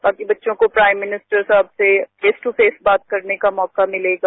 ताकि बच्चों को प्राइम मिनिस्टर साहब से फेस दू फेस बात करने का मौका मिलेगा